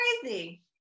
crazy